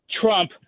Trump